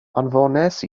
anfonais